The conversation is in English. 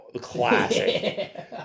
classic